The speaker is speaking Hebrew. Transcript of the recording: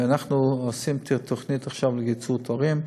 אנחנו עושים עכשיו תוכנית לקיצור תורים,